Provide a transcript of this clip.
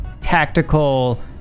tactical